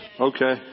Okay